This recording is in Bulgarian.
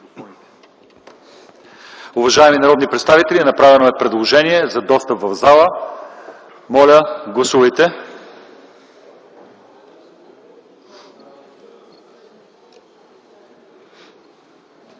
Уважаеми народни представители, направено е предложение за достъп в залата. Моля, гласувайте.